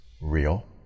real